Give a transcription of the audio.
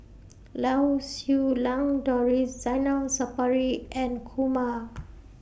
Lau Siew Lang Doris Zainal Sapari and Kumar